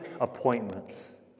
appointments